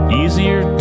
easier